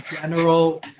general